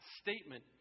statement